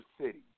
city